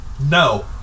No